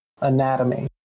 anatomy